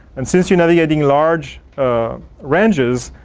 and since you're not getting large ranges,